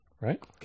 Right